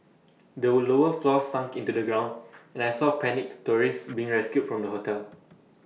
the lower floors sunk into the ground and I saw panicked tourists being rescued from the hotel